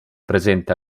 presente